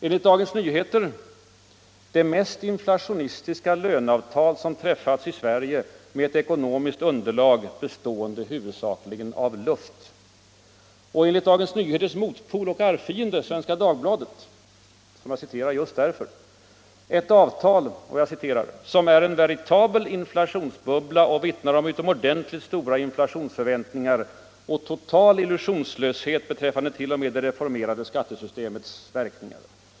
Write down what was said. Enligt Dagens Nyheter ”det mest inflationistiska löneavtal som träffats i Sverige med ett ekonomiskt underlag bestående huvudsakligen av luft”. Enligt Dagens Nyheters motpol och arvfiende, Svenska Dagbladet, som jag citerar just därför, ett avtal ”som är en veritabel inflationsbubbla och vittnar om utomordentligt stora inflationsförväntningar och total illusionslöshet beträffande t.o.m. det reformerade skattesystemets verkningar”.